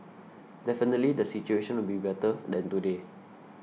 definitely the situation will be better than today